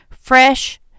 fresh